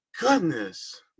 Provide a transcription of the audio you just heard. goodness